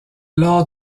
lors